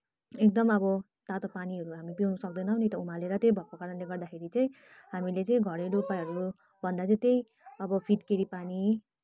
एकदम अब तातो पानीहरू हामी पिउन सक्दैनौँ नि त उमालेर त्यही भएको कारणले गर्दाखेरि चाहिँ हामीले चाहिँ घरेलु उपायहरू भन्दा चाहिँ त्यही अब फिटकेरी पानी